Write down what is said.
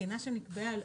התקינה שנקבעה,